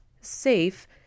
safe